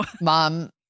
Mom